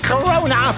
Corona